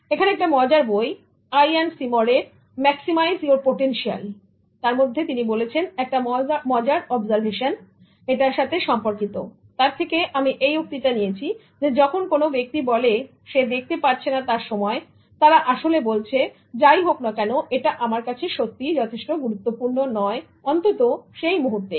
এখানে একটা মজার বইIan Seymour এর Maximize Your Potential তার মধ্যে তিনি বলেছেন একটা মজার অবজারভেশন এটার সাথে সম্পর্কিত তার থেকে আমি এই উক্তিটা নিয়েছি যখন কোন ব্যক্তি বলে সে দেখতে পারছেনা তার সময় তারা আসলে বলছে যাই হোক না কেন এটা আমার কাছে সত্যিই যথেষ্ট গুরুত্বপূর্ণ নয় অন্ততপক্ষে সেই মুহূর্তেই